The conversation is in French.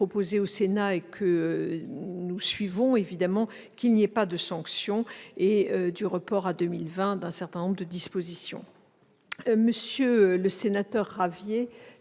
le sénateur Ravier,